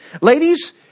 Ladies